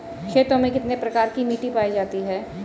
खेतों में कितने प्रकार की मिटी पायी जाती हैं?